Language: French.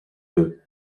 d’eux